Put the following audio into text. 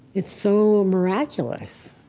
it's so miraculous